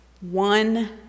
one